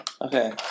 Okay